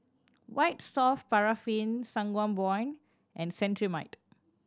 White Soft Paraffin Sangobion and Cetrimide